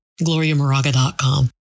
GloriaMoraga.com